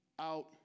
out